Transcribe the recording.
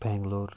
Bangalore